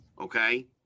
Okay